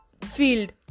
field